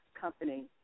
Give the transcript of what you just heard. company